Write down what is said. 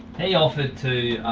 he offered to